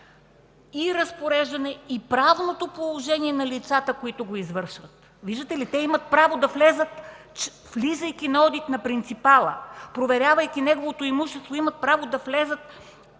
и разпореждане и правното положение на лицата, които го извършват.” Виждате ли, влизайки на одит при принципала, проверявайки неговото имущество, имат право да влязат